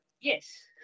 Yes